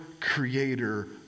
creator